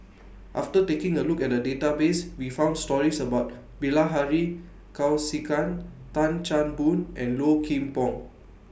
after taking A Look At The Database We found stories about Bilahari Kausikan Tan Chan Boon and Low Kim Pong